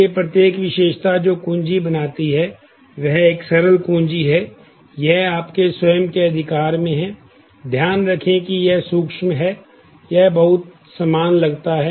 इसलिए प्रत्येक विशेषता जो कुंजी बनाती है वह एक सरल कुंजी है यह आपके स्वयं के अधिकार में है ध्यान रखें कि यह सूक्ष्म है यह बहुत समान लगता है